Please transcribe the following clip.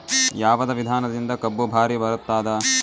ಯಾವದ ವಿಧಾನದಿಂದ ಕಬ್ಬು ಭಾರಿ ಬರತ್ತಾದ?